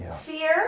fear